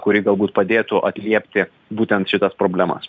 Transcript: kuri galbūt padėtų atliepti būtent šitas problemas